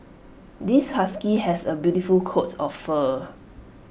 this husky has A beautiful coat of fur